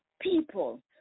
people